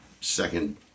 second